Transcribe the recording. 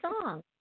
song